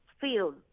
feel